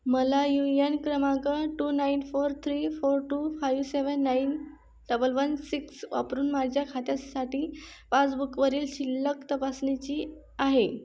मला यूयेन क्रमांक two nine four three four two five seven nine double one six वापरून माझ्या खात्यासाठी पासबुकवरील शिल्लक तपासायची आहे